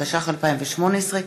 התשע"ח 2018,